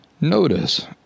Notice